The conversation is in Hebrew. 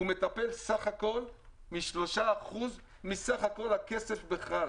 הוא מטפל בסך הכול ב-3% מסך הכסף בכלל.